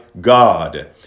God